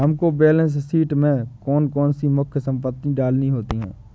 हमको balance sheet में कौन कौन सी मुख्य संपत्ति डालनी होती है?